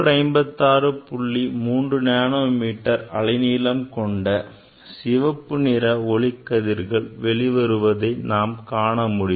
3 nano metre அலைநீளம் கொண்ட சிவப்பு நிற ஒளிக்கதிர் வெளிவருவதை நாம் காணமுடியும்